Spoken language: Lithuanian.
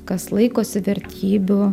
kas laikosi vertybių